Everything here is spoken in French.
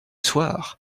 soir